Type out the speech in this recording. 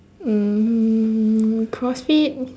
mm crossfit